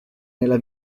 nella